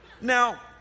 Now